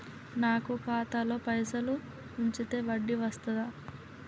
నాకు ఖాతాలో పైసలు ఉంచితే వడ్డీ వస్తదా?